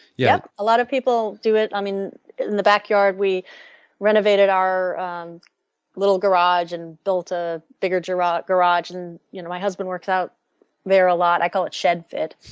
yeah. a lot of people do it. i mean in the backyard we renovated our um little garage and built a bigger garage garage and you know my husband works out there a lot. i call it shed fed.